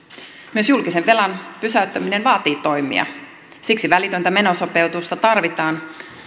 myös julkisen velan pysäyttäminen vaatii toimia siksi välitöntä menosopeutusta tarvitaan